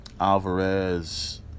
Alvarez